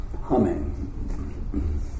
Humming